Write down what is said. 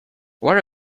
what